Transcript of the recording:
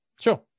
Sure